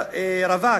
רווק,